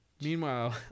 Meanwhile